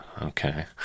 Okay